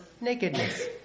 nakedness